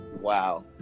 Wow